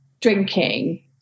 drinking